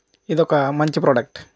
ఇదొక మంచి ప్రొడక్ట్